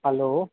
hello